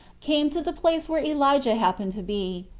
came to the place where elijah happened to be,